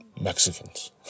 Mexicans